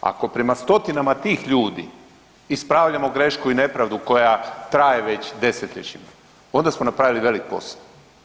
Ako prema stotinama tih ljudi ispravljamo grešku i nepravdu koja traje već desetljećima onda smo napravili velik posao.